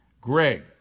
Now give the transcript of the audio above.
Greg